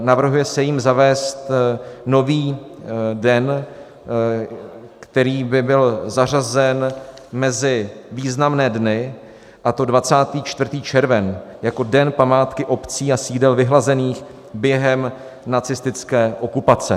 Navrhuje se jím zavést nový den, který by byl zařazen mezi významné dny, a to 24. červen jako Den památky obcí a sídel vyhlazených během nacistické okupace.